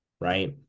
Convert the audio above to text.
Right